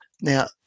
Now